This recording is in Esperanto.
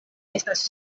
estas